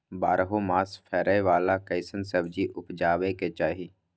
बारहो मास फरै बाला कैसन सब्जी उपजैब के चाही?